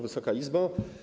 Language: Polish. Wysoka Izbo!